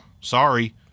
sorry